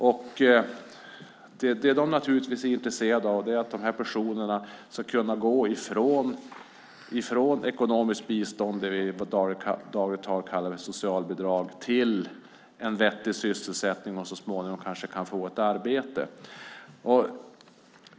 De är naturligtvis intresserade av att de här personerna ska kunna gå från ekonomiskt bistånd, det vi i dagligt tal kallar socialbidrag, till en vettig sysselsättning och så småningom kanske ett arbete.